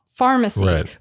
pharmacy